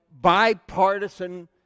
bipartisan